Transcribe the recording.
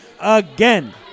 again